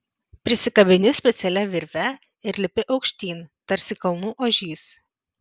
prisikabini specialia virve ir lipi aukštyn tarsi kalnų ožys